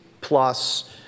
plus